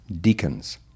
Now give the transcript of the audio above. deacons